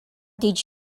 did